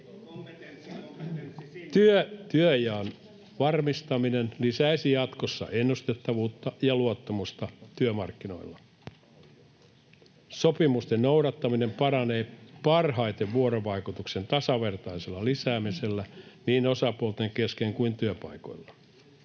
Työnjaon varmistaminen lisäisi jatkossa ennustettavuutta ja luottamusta työmarkkinoilla. Sopimusten noudattaminen paranee parhaiten vuorovaikutuksen tasavertaisella lisäämisellä niin osapuolten kesken kuin työpaikoilla.